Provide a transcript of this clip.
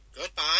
Goodbye